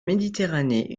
méditerranée